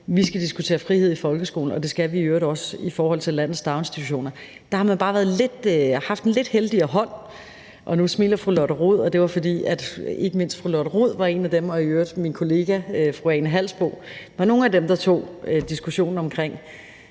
Vi skal diskutere frihed i folkeskolen, og det skal vi i øvrigt også i forhold til landets daginstitutioner. Der har man bare haft en lidt heldigere hånd. Nu smiler fru Lotte Rod, og det var, fordi ikke mindst fru Lotte Rod og i øvrigt min kollega fru Ane Halsboe-Jørgensen var nogle af dem, der tog diskussionen omkring